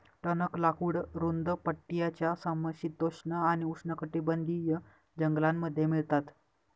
टणक लाकूड रुंद पट्ट्याच्या समशीतोष्ण आणि उष्णकटिबंधीय जंगलांमध्ये मिळतात